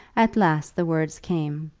at last the words came.